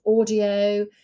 audio